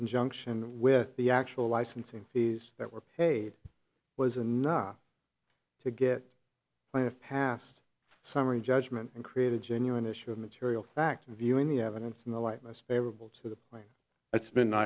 conjunction with the actual licensing fees that were paid was enough to get by have passed summary judgment and create a genuine issue of material fact viewing the evidence in the light most favorable to the way it's been